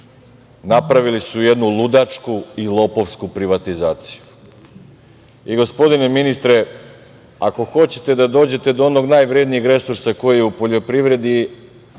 napravili jednu ludačku i lopovsku privatizaciju. Gospodine ministre, ako hoćete da dođete do onog najvrednijeg resursa koji je u poljoprivredi,